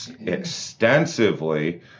extensively